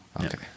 Okay